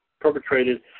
perpetrated